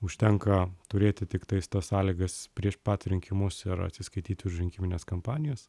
užtenka turėti tiktais tas sąlygas prieš pat rinkimus ir atsiskaityti už rinkimines kampanijas